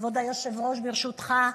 כבוד היושב-ראש, ברשותך,